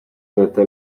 iminota